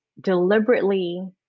deliberately